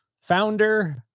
founder